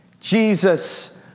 Jesus